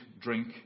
drink